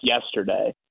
yesterday